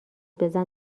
بزن